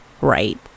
right